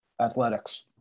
athletics